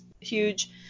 huge